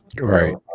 Right